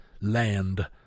land